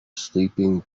sleeping